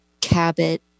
Cabot